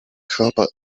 körper